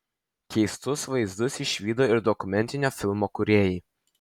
keistus vaizdus išvydo ir dokumentinio filmo kūrėjai